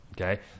okay